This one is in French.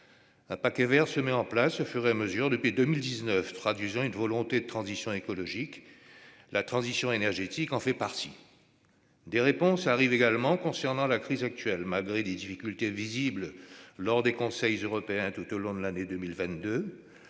Un paquet vert se met en place au fur et à mesure depuis 2019, traduisant une volonté de transition écologique. La transition énergétique en fait partie. Des réponses arrivent également concernant la crise actuelle, malgré des difficultés visibles lors des conseils européens tout au long de l'année 2022.